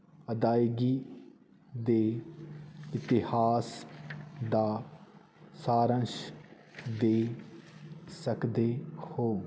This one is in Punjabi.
ਅਦਾਇਗੀ ਦੇ ਇਤਿਹਾਸ ਦਾ ਸਾਰਾਂਸ਼ ਦੇ ਸਕਦੇ ਹੋ